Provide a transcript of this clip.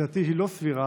שלדעתי היא לא סבירה,